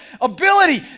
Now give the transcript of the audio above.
ability